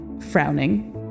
frowning